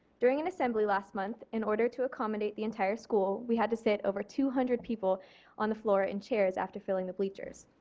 during an assembly last month in order to accommodate the entire school we had to sit over two hundred people on the floor in chairs after filling the bleachers.